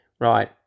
right